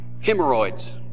hemorrhoids